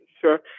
Sure